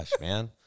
man